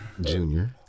Junior